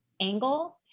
angle